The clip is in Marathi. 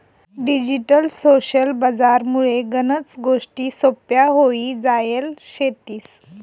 डिजिटल सोशल बजार मुळे गनच गोष्टी सोप्प्या व्हई जायल शेतीस